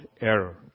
error